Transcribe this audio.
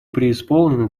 преисполнены